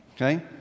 okay